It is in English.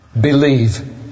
believe